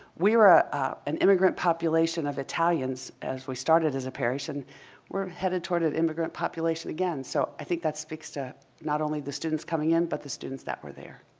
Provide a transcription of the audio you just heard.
we were an immigrant population of italians as we started as a parish and we're headed toward an immigrant population again. so i think that speaks to not only the students coming in but the students that were there.